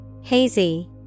Hazy